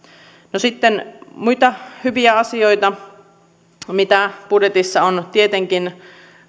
no sitten muita hyvä asioita mitä budjetissa on tietenkin